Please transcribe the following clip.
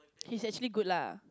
he's actually good lah